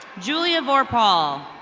julia vorpal.